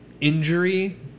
injury